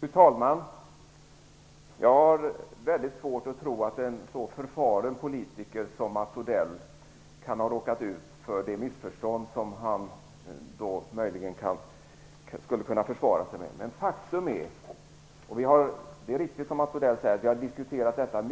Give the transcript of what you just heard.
Fru talman! Jag har mycket svårt att tro att en så förfaren politiker som Mats Odell kan ha råkat ut för det missförstånd som han möjligen skulle kunna försvara sig med. Det är riktigt som Mats Odell säger att vi har diskuterat detta